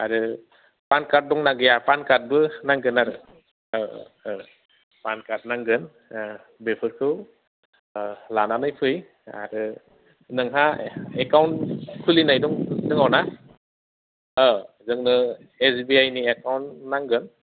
आरो PAN card दंना गैया पान कार्डबो नांगोन आरो पान कार्ड नांगोन बेफोरखौ लानानै फै आरो नोंहा एकाउन्ट खुलिनाय दङ ना जोंनो एसबिआइनि एकाउन्ट नांगोन